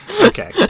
Okay